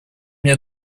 мне